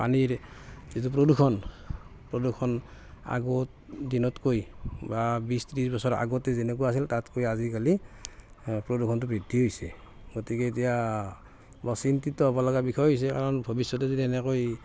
পানীৰ যিটো প্ৰদূষণ প্ৰদূষণ আগত দিনতকৈ বা বিছ ত্ৰিছ বছৰ আগতে যেনেকুৱা আছিল তাতকৈ আজিকালি প্ৰদূষণটো বৃদ্ধি হৈছে গতিকে এতিয়া বৰ চিন্তিত হ'ব লগা বিষয় হৈছে কাৰণ ভৱিষ্যতে যদি এনেকৈ